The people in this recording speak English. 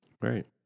Right